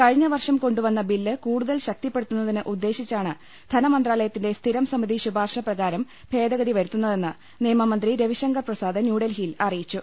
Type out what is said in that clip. കഴിഞ്ഞവർഷംകൊണ്ടുവന്ന bill കൂടുതൽ ശക്തിപ്പെടുത്തുന്നതിന് ഉദ്ദേശിച്ചാണ് ധനമന്ത്രാലയത്തിന്റെ സ്ഥിരം സമിതി ശുപാർശ പ്രകരം ഭേദഗതി വരുത്തുന്നതെന്ന് നിയമന്ത്രി രവിശ ങ്കർ പ്രസാദ് ന്യൂഡൽഹിയിൽ അറിയിച്ചു